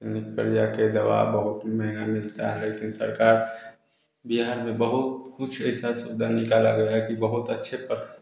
निकल जा कर दवा बहुत महंगा मिलता है लेकिन सरकार बिहार में बहुत कुछ ऐसा सुविधा निकाला गया कि बहुत अच्छे पद